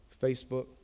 Facebook